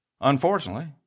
unfortunately